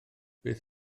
beth